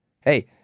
Hey